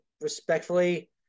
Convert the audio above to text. respectfully